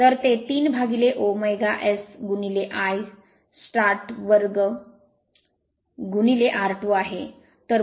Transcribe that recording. तर ते 3ω S I start 2 r2आहे